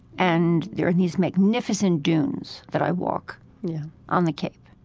and there are these magnificent dunes that i walk on the cape.